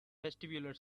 vestibular